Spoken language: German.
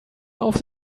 auf